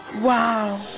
Wow